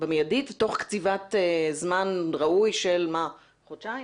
ותוך קציבת זמן ראוי של חודש.